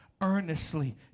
Earnestly